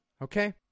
Okay